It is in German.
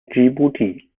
dschibuti